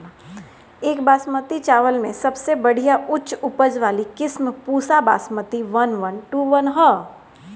एक बासमती चावल में सबसे बढ़िया उच्च उपज वाली किस्म Pusa Basmati one one two one ह?